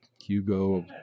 Hugo